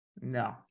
No